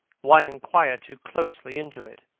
why inquire too closely into it?